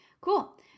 cool